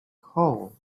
coal